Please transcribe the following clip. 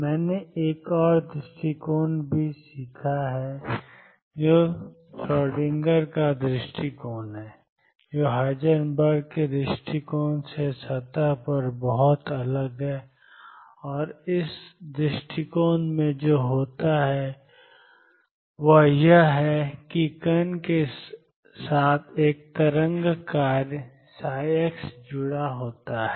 मैंने एक और दृष्टिकोण भी सीखा है जो श्रोडिंगर का दृष्टिकोण है जो हाइजेनबर्ग के दृष्टिकोण से सतह पर बहुत अलग है और इस दृष्टिकोण में जो होता है वह यह है कि कण के साथ एक तरंग कार्य ψ जुड़ा होता है